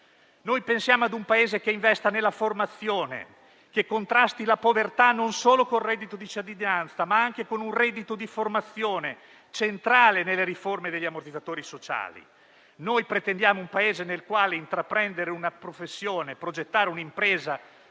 Pensiamo ad un Paese che investa nella formazione, che contrasti la povertà non solo con il reddito di cittadinanza, ma anche con un reddito di formazione, centrale nelle riforme degli ammortizzatori sociali. Pretendiamo un Paese nel quale intraprendere una professione, progettare un'impresa